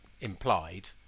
implied